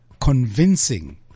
convincing